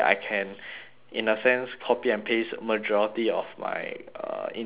in a sense copy and paste majority of my uh introduction